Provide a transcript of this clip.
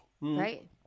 right